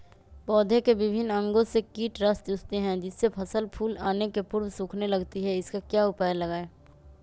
पौधे के विभिन्न अंगों से कीट रस चूसते हैं जिससे फसल फूल आने के पूर्व सूखने लगती है इसका क्या उपाय लगाएं?